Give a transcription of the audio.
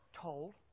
told